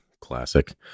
classic